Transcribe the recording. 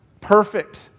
perfect